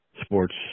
sports